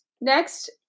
Next